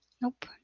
Nope